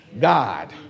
God